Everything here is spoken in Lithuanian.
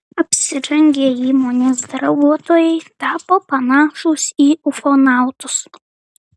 apsirengę įmonės darbuotojai tapo panašūs į ufonautus